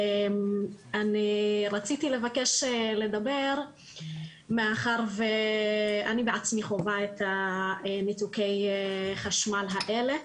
אני רציתי לבקש לדבר מאחר ואני בעצמי חווה את ניתוקי החשמל האלה.